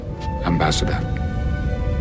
Ambassador